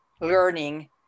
learning